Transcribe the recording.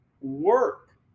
Work